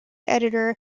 editor